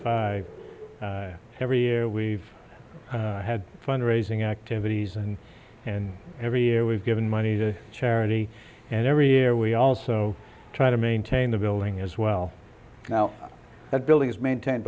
five every year we've had fund raising activities and and every year we've given money to charity and every year we also try to maintain the building as well now that building is maintained